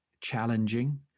challenging